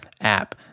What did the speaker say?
app